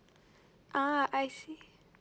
uh I see okay